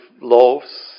loaves